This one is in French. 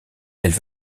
elle